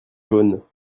jaunes